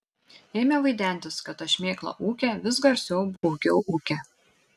ėmė vaidentis kad ta šmėkla ūkia vis garsiau baugiau ūkia